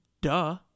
Duh